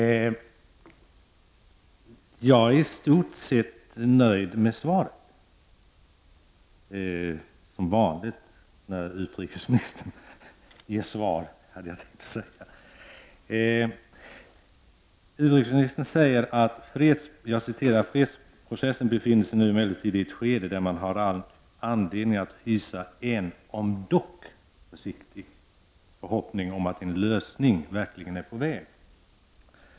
Jag är i stort sett nöjd med svaret -- som vanligt när utrikesministern lämnar ett svar, höll jag på att säga. Utrikesministern säger: ''Fredsprocessen befinner sig nu emellertid i ett skede där man har all anledning att hysa en, om dock försiktig, förhoppning om att en lösning verkligen är på väg''.